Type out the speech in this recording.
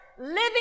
living